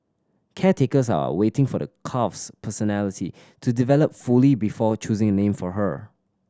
caretakers are waiting for the calf's personality to develop fully before choosing a name for her